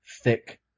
thick